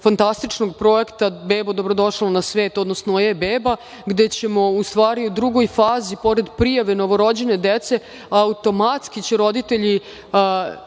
fantastičnog projekta „Bebo dobro došla na svet“, odnosno „E beba“, gde ćemo u stvari u drugoj fazi, pored prijave novorođene dece, automatski će roditelji